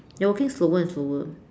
you're walking slower and slower